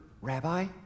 Rabbi